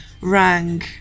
rang